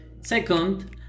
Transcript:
Second